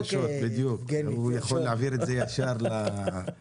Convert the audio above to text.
בדיוק, הוא יכול להעביר את זה ישר למשרד.